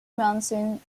monsoon